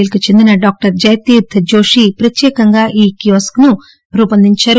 L కు చెందిన doctor Jayateerth Joshi ప్రత్యేకంగా ఈ కియోస్క్ ను రూపొందించారు